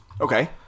okay